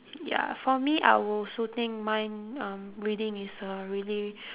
ya for me I will also think mind um reading is a really